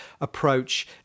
approach